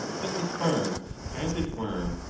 that the sparks, as it were,